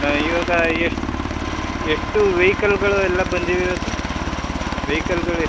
ಹಾಂ ಇವಾಗ ಎಷ್ಟು ಎಷ್ಟು ವೆಯಿಕಲ್ಗಳು ಎಲ್ಲ ಬಂದಿವೆ ಇವತ್ತು ವೆಯಿಕಲ್ಗಳು ಎಷ್ಟು